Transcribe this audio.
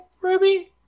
Ruby